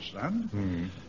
understand